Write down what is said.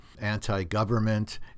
anti-government